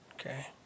Okay